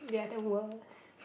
they are the worst